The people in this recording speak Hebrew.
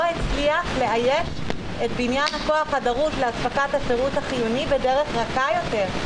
הצליח לאייש את בניין הכוח הדרוש לאספקת הפירוט החיוני בדרך רכה יותר,